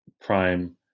prime